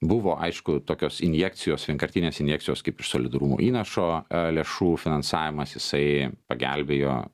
buvo aišku tokios injekcijos vienkartinės injekcijos kaip iš solidarumo įnašo lėšų finansavimas jisai pagelbėjo